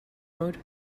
mode